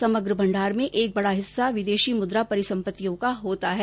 समग्र भंडार में एक बडा हिस्सा विदेशी मुद्रा परिसम्पत्तियों का होता है